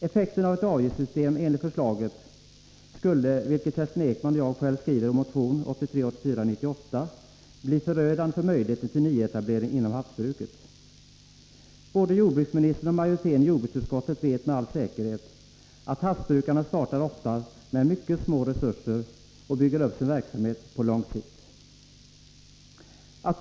Effekten av ett avgiftssystem enligt förslaget skulle, vilket Kerstin Ekman och jag skriver i vår motion 1983/84:98, bli förödande för möjligheten till nyetablering inom havsbruket. Både jordbruksministern och majoriteten i jordbruksutskottet vet med all säkerhet att havsbrukarna oftast startar med mycket små resurser och bygger upp sin verksamhet på lång sikt.